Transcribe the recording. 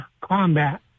combat